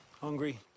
Hungry